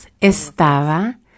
estaba